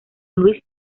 luis